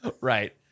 right